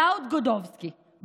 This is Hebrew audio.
דאוד גודובסקי,